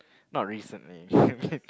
not recently